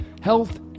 health